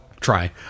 Try